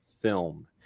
film